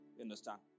understand